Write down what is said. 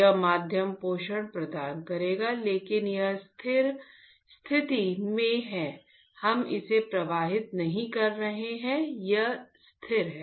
यह माध्यम पोषण प्रदान करेगा लेकिन यह स्थिर स्थिति में है हम इसे प्रवाहित नहीं कर रहे हैं यह स्थिर है